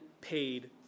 paid